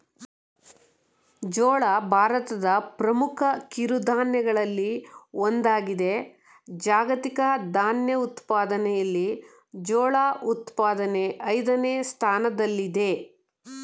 ಜೋಳ ಭಾರತದ ಪ್ರಮುಖ ಕಿರುಧಾನ್ಯಗಳಲ್ಲಿ ಒಂದಾಗಿದೆ ಜಾಗತಿಕ ಧಾನ್ಯ ಉತ್ಪಾದನೆಯಲ್ಲಿ ಜೋಳ ಉತ್ಪಾದನೆ ಐದನೇ ಸ್ಥಾನದಲ್ಲಿದೆ